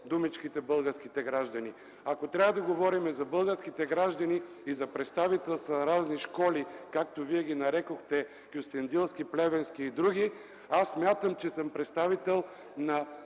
думичките „българските граждани”! Ако трябва да говорим за българските граждани и за представителства на разни школи, както Вие ги нарекохте – Кюстендилска, Плевенска и други, смятам, че съм представител на